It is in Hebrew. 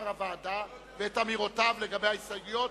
הוועדה ואת אמירותיו לגבי ההסתייגויות,